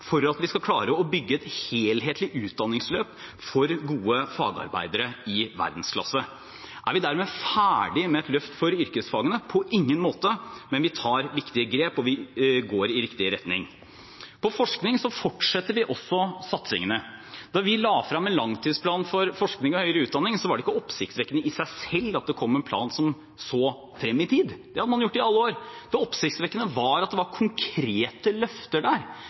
for at vi skal klare å bygge et helhetlig utdanningsløp for gode fagarbeidere i verdensklasse. Er vi dermed ferdig med et løft for yrkesfagene? På ingen måte, men vi tar viktige grep, og vi går i riktig retning. På forskningsfeltet fortsetter vi også satsingene. Da vi la frem en langtidsplan for forskning og høyere utdanning, var det ikke oppsiktsvekkende i seg selv at det kom en plan som så frem i tid. Det hadde man gjort i alle år. Det oppsiktsvekkende var at det var konkrete løfter der,